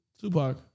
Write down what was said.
Tupac